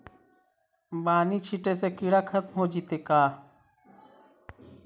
बानि छिटे से किड़ा खत्म हो जितै का?